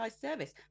service